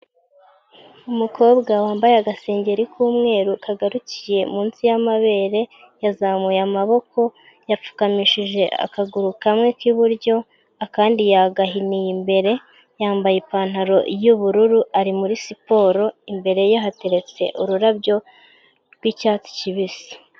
Umukobwa wambaye agasengeri k'umweru kagarukiye munsi y'amabere yazamuye amaboko; yapfukamishije akaguru kamwe k'iburyo akandi yagahiniye imbere, yambaye ipantalo y'ubururu ari muri siporo imbere ye hateretse ururabyo r'icyatsi kibisi.